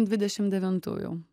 dvidešimt devintųjų